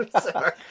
sorry